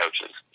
coaches